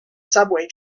subway